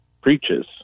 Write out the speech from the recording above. preaches